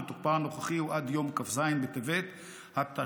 ותוקפה הנוכחי הוא עד יום כ"ז בטבת התשפ"ב,